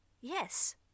Yes